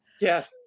Yes